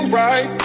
right